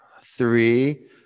Three